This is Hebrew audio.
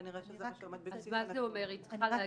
כנראה שזה מה שעומד -- אז מה זה אומר היא צריכה -- אני